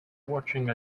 watching